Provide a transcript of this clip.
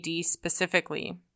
specifically